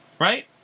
right